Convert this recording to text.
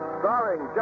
starring